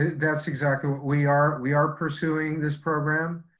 that's exactly what we are. we are pursuing this program.